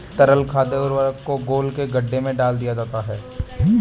तरल खाद उर्वरक को घोल के गड्ढे में डाल दिया जाता है